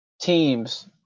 teams